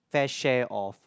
fair share of